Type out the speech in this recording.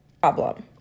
problem